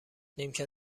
نیمکت